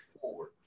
forward